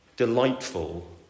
delightful